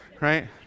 right